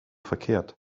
verkehrt